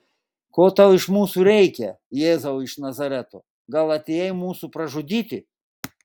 ko tau iš mūsų reikia jėzau iš nazareto gal atėjai mūsų pražudyti